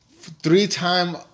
three-time